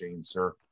sir